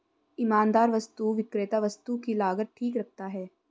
ईमानदार वस्तु विक्रेता वस्तु की लागत ठीक रखता है